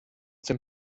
dem